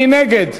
מי נגד?